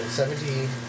seventeen